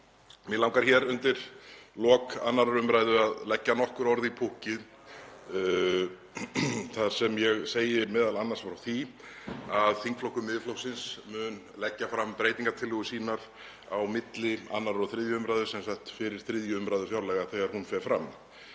Mig langar hér undir lok 2. umræðu að leggja nokkur orð í púkkið þar sem ég segi m.a. frá því að þingflokkur Miðflokksins mun leggja fram breytingartillögur sínar á milli 2. og 3. umræðu, sem sagt fyrir 3. umræðu fjárlaga þegar hún fer fram.